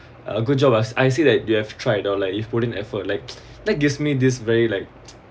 uh good job as I said that you have tried or like if put in effort like that gives me this very like